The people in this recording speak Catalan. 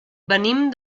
venim